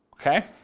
Okay